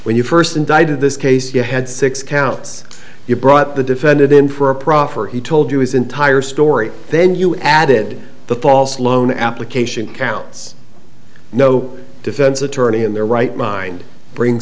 when you first indicted this case you had six counts you brought the defendant in for a proffer he told you his entire story then you added the false loan application counts no defense attorney in their right mind bring